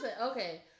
Okay